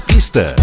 Pista